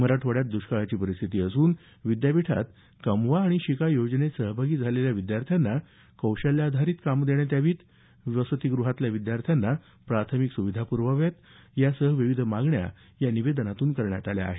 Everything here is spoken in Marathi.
मराठवाड्यात दष्काळाची परिस्थिती असून विद्यापीठात कमवा आणि शिका योजनेत सहभागी झालेल्या विद्यार्थ्यांना कौशल्य आधारित काम देण्यात यावं वसतीगृहातल्या विद्यार्थ्यांना प्राथमिक सुविधा पुरवाव्यात यासह विविध मागण्या या निवेदनातून करण्यात आल्या आहेत